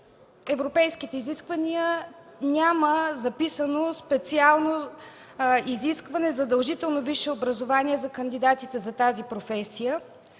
европейските изисквания няма записано специално изискване за задължително висше образование за кандидатите за тази професия,